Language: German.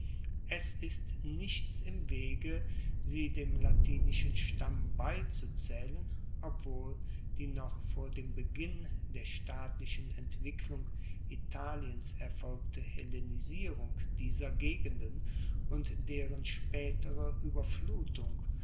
es ist nichts im wege sie dem latinischen stamm beizuzaehlen obwohl die noch vor dem beginn der staatlichen entwicklung italiens erfolgte hellenisierung dieser gegenden und deren spaetere ueberflutung